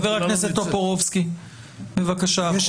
חבר הכנסת טופורובסקי, בבקשה.